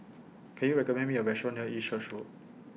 Can YOU recommend Me A Restaurant near East Church Road